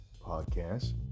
podcast